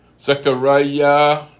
Zechariah